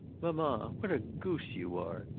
mamma, what a goose you are!